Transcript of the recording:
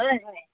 হয় হয়